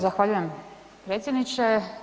Zahvaljujem predsjedniče.